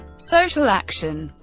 social action